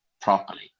properly